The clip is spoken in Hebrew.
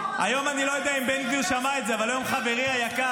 היום אני לא יודע אם בן גביר שמע את זה אבל היום חברי היקר,